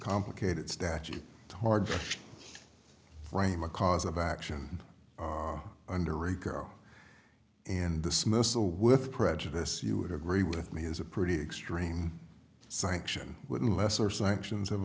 complicated statute hard to frame a cause of action under a girl and this missile with prejudice you would agree with me is a pretty extreme sanction wouldn't lesser sanctions